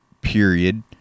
period